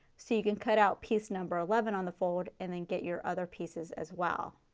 so you can cut out piece number eleven on the fold and then get your other pieces as well.